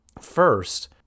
First